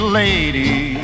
lady